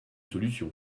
solution